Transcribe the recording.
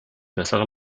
bessere